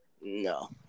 No